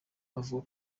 avuga